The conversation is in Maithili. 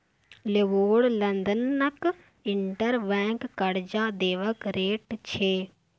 लेबोर लंदनक इंटर बैंक करजा देबाक रेट छै